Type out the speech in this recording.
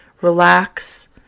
relax